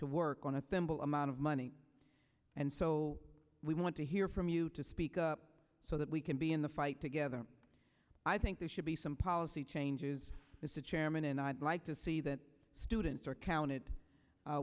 to work on a thimble amount of money and so we want to hear from you to speak up so that we can be in the fight together i think there should be some policy changes as a chairman and i'd like to see that students are counted